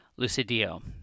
Lucidio